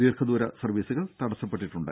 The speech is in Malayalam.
ദീർഘദൂര സർവീസുകൾ തടസ്സപ്പെട്ടിട്ടുണ്ട്